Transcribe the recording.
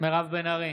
מירב בן ארי,